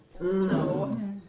No